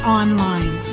online